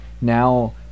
now